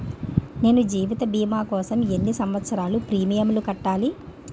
నేను జీవిత భీమా కోసం ఎన్ని సంవత్సారాలు ప్రీమియంలు కట్టాలి?